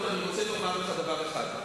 עם זאת, אני רוצה לומר לך דבר אחד: